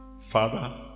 Father